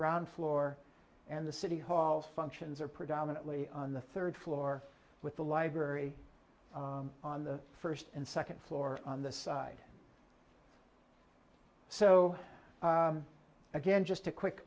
brown floor and the city hall functions are predominantly on the third floor with the library on the first and second floor on the side so again just a quick